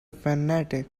fanatic